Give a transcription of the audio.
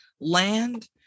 land